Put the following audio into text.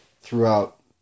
throughout